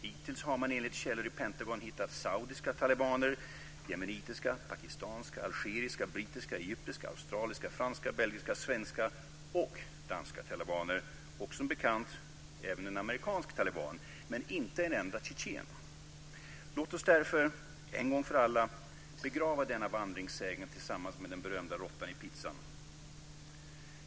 Hittills har man enligt källor i Pentagon hittat saudiska talibaner, yemenitiska, pakistanska, algeriska, brittiska, egyptiska, australiska, franska, belgiska, svenska och danska talibaner, och som bekant även en amerikansk taliban, men inte en enda tjetjen. Låt oss därför en gång för alla begrava denna vandringssägen tillsammans med den berömda råttan i pizzan.